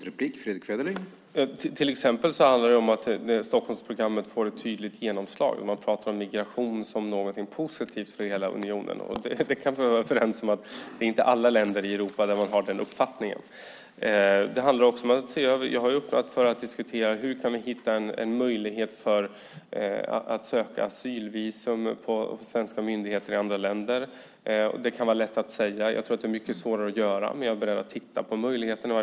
Herr talman! Det handlar till exempel om att Stockholmsprogrammet får ett tydligt genomslag. Där talar man om migration som någonting positivt för hela unionen. Vi kan vara överens om att man inte har den uppfattningen i alla länder i Europa. Jag har öppnat för att diskutera: Hur kan vi hitta en möjlighet för att söka asyl hos svenska myndigheter i andra länder? Det kan vara lätt att säga men mycket svårare att göra. Jag är i varje fall beredd att titta på möjligheten.